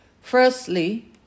Firstly